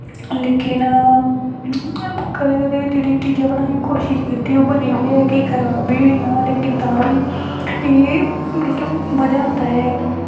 लेकिन कदें कदें जेह्ड़ी चीज़ां बनाने दी कोशिश कीती की ओह् बनी जान जां खराब निं होई जान तां बी एह् मतलब की मज़ा आंदा ऐ